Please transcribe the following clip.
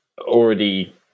already